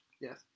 Yes